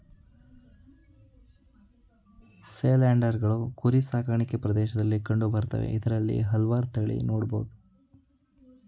ಸೇಲ್ಯಾರ್ಡ್ಗಳು ಕುರಿ ಸಾಕಾಣಿಕೆ ಪ್ರದೇಶ್ದಲ್ಲಿ ಕಂಡು ಬರ್ತದೆ ಇದ್ರಲ್ಲಿ ಹಲ್ವಾರ್ ತಳಿ ನೊಡ್ಬೊದು